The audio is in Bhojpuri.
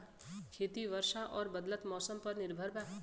खेती वर्षा और बदलत मौसम पर निर्भर बा